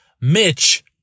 Mitch